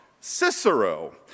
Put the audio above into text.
Cicero